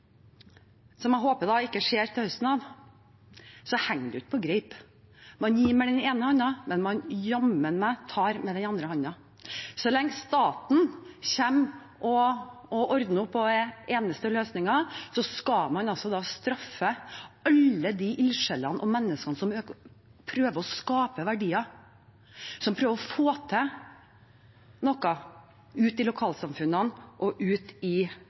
som jeg håper vi ikke får fra høsten av, henger det jo ikke på greip. Man gir med den ene hånden, men jammen meg tar man med den andre. Så lenge staten kommer og ordner opp og er eneste løsningen, skal man altså straffe alle de ildsjelene og menneskene som prøver å skape verdier, som prøver å få til noe ute i lokalsamfunnene og ute i